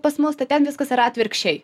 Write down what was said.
pas mus tai ten viskas yra atvirkščiai